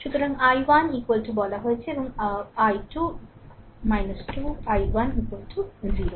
সুতরাং i1 বলা হয়েছে এবং 12 i2 2 i1 0